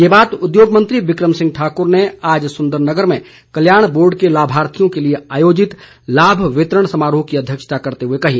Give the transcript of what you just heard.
ये बात उद्योग मंत्री बिक्रम सिंह ठाकुर ने आज सुंदरनगर में कल्याण बोर्ड के लाभार्थियों के लिए आयोजित लाभ वितरण समारोह की अध्यक्षता करते हुए कही